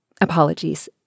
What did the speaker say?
apologies